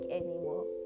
anymore